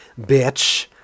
bitch